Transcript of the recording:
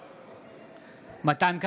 בעד מתן כהנא,